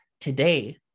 today